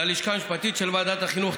ללשכה המשפטית של ועדת החינוך,